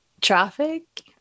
traffic